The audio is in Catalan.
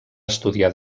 estudiar